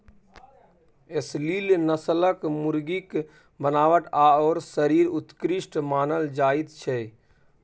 एसील नस्लक मुर्गीक बनावट आओर शरीर उत्कृष्ट मानल जाइत छै